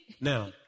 Now